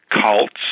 cults